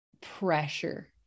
pressure